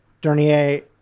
Dernier